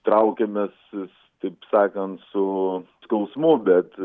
traukiamės taip sakant su skausmu bet